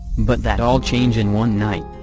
but that all changed in one night.